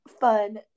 fun